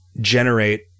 generate